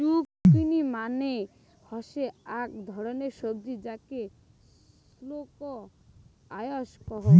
zucchini মানে হসে আক ধরণের সবজি যাকে স্কোয়াশ কহু